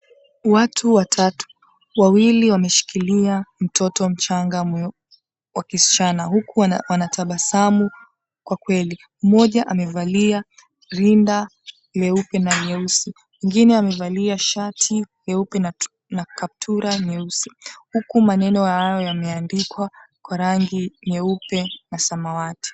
Watu watatu, wawili wameshikilia mtoto mchanga mweupe wa kisichana huku wanatabasamu kwa kweli. Mmoja amevalia rinda leupe na nyeusi, mwingine amevalia shati leupe na kaptura nyeusi. Huku maneno hayo yameandikwa kwa rangi nyeupe na samawati.